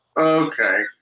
Okay